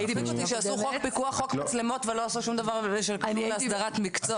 --- עשו חוק פיקוח מצלמות ולא עשו שום דבר בעניין של הסדרת מקצוע.